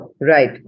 Right